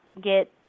get